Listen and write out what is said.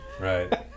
Right